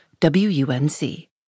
WUNC